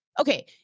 okay